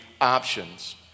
options